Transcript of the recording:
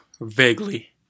vaguely